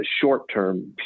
short-term